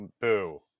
Boo